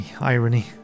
irony